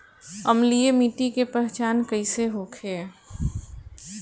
अम्लीय मिट्टी के पहचान कइसे होखे?